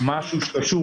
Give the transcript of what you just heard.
למשהו שקשור